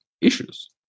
issues